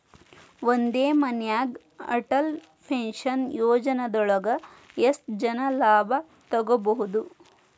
ಒಂದೇ ಮನ್ಯಾಗ್ ಅಟಲ್ ಪೆನ್ಷನ್ ಯೋಜನದೊಳಗ ಎಷ್ಟ್ ಜನ ಲಾಭ ತೊಗೋಬಹುದು?